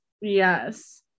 yes